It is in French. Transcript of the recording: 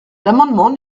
l’amendement